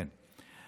כן.